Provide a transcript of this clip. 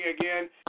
again